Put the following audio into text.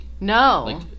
No